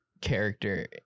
character